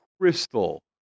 crystal